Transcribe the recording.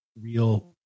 real